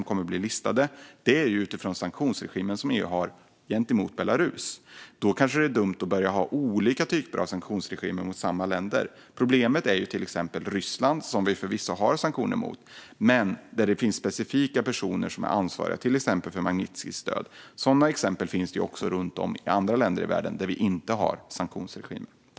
Detta är utifrån den sanktionsregim som EU har gentemot Belarus. Då kanske det är dumt att börja ha olika typer av sanktionsregimer mot samma länder. Problemet är till exempel Ryssland, som vi förvisso har sanktioner mot men där det finns specifika personer som är ansvariga till exempel för Magnitskijs död. Sådana exempel finns det också runt om i andra länder i världen där vi inte har sanktionsregimer.